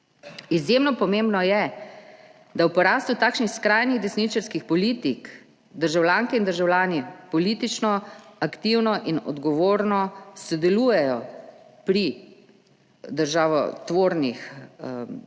Izjemno pomembno je, da v porastu takšnih skrajnih desničarskih politik državljanke in državljani politično, aktivno in odgovorno sodelujejo pri državotvornih procesih,